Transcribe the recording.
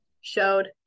showed